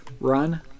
run